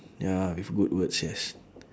ya with good words yes